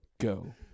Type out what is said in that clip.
go